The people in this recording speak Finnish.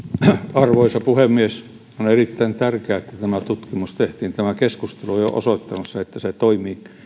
arvoisa puhemies on erittäin tärkeää että tämä tutkimus tehtiin tämä keskustelu on jo osoittanut sen että se toimii